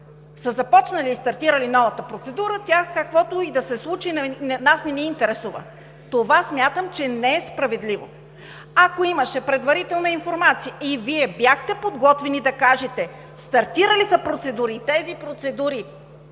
са започнали и стартирали новата процедура – каквото и да се случи, нас не ни интересува. Смятам, че това не е справедливо. Ако имаше предварителна информация и Вие бяхте подготвени да кажете: „Стартирали са процедури и тези процедури